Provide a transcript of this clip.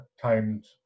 timed